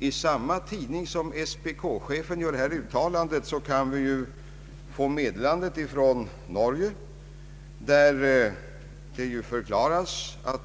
I samma tidning som den i vilken SPK-chefen gör sitt uttalande får vi från Norge meddelande om att